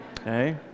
Okay